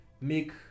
make